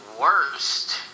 worst